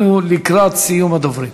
אנחנו לקראת סיום הדברים.